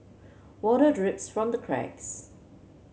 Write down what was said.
water drips from the cracks